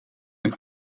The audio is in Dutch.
een